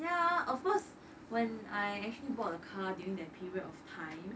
ya of course when I actually bought a car during that period of time